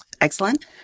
Excellent